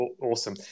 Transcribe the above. Awesome